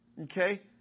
okay